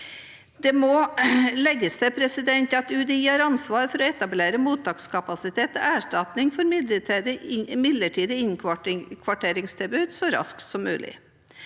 Det må legges til at UDI har ansvar for å etablere mottakskapasitet til erstatning for midlertidig innkvarteringstilbud så raskt som mulig.